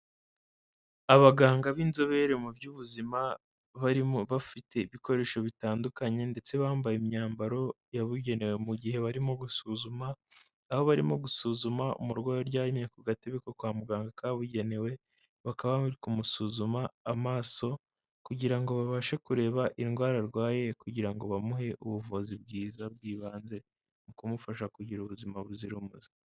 Abaganga b'inzobere mu by'ubuzima , barimo bafite ibikoresho bitandukanye ndetse bambaye imyambaro yabugenewe mu gihe barimo gusuzuma, aho barimo gusuzuma umurwayi uryamye ku gatebe ko kwa muganga kabugenewe , bakaba bari kumusuzuma amaso , kugira ngo babashe kureba indwara arwaye kugira ngo bamuhe ubuvuzi bwiza bw'ibanze mu kumufasha kugira ubuzima buzira umuze.